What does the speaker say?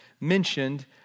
mentioned